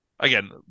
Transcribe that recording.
Again